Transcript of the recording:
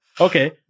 Okay